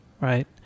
right